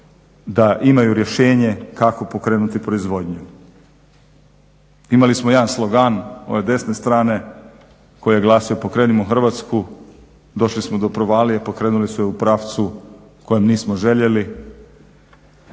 da imaju rješenje kako pokrenuti proizvodnju. Imali smo jedan slogan ove desne strane koji je glasio pokrenimo Hrvatsku došli smo do provalije, pokrenuli su je u pravcu u kojem nismo željeli.